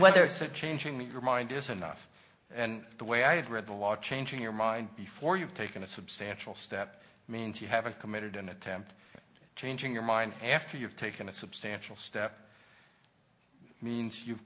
whether so changing your mind is enough and the way i had read the law changing your mind before you've taken a substantial step means you haven't committed an attempt changing your mind after you've taken a substantial step means you've